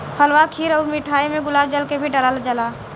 हलवा खीर अउर मिठाई में गुलाब जल के भी डलाल जाला